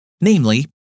namely